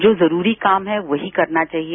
जो जरूरी काम है वही करना चाहिए